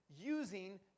using